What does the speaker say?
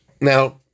Now